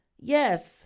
Yes